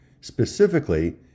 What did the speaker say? specifically